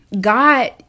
God